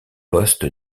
poste